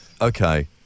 okay